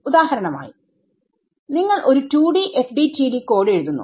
ഉദാഹരണമായി നിങ്ങൾ ഒരു 2D FDTD കോഡ് എഴുതുന്നു